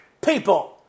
People